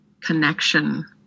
connection